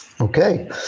Okay